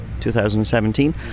2017